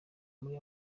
muri